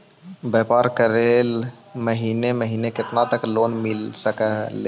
व्यापार करेल महिने महिने केतना तक लोन मिल सकले हे?